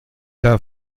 der